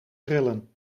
trillen